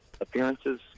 appearances